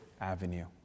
Avenue